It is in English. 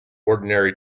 ordinary